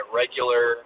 regular